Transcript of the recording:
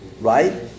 right